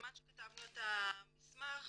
בזמן שכתבנו את המסמך